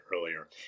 earlier